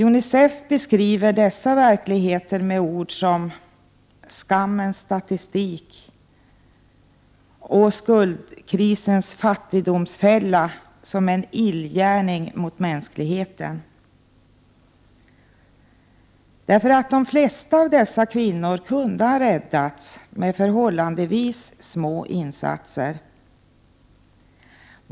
Unicef beskriver denna verklighet med ord som ”skammens statistik”, och skuldkrisens fattigdomsfälla som en ”illgärning mot mänskligheten”. De flesta av dessa kvinnor kunde ha räddats med förhållandevis små insatser.